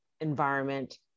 environment